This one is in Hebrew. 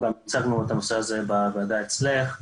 הצגנו את הנושא הזה גם אצלך בוועדה,